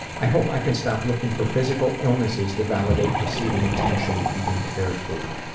i hope i can stop looking for physical illnesses to validate receiving attention and being cared for.